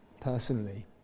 personally